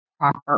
proper